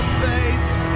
fate